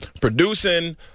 Producing